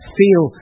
feel